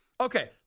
Okay